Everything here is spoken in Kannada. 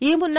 ಈ ಮುನ್ನ